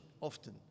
often